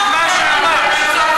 את שמעת מה שאני אומר?